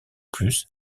plus